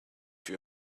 you